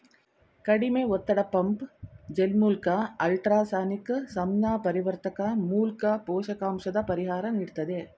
ಕಡಿಮೆ ಒತ್ತಡ ಪಂಪ್ ಜೆಟ್ಮೂಲ್ಕ ಅಲ್ಟ್ರಾಸಾನಿಕ್ ಸಂಜ್ಞಾಪರಿವರ್ತಕ ಮೂಲ್ಕ ಪೋಷಕಾಂಶದ ಪರಿಹಾರ ನೀಡ್ತದೆ